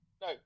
no